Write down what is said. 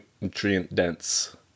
nutrient-dense